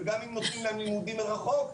וגם אם נותנים להם לימודים מרחוק,